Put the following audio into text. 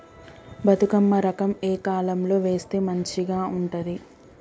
బతుకమ్మ రకం ఏ కాలం లో వేస్తే మంచిగా ఉంటది?